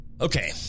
Okay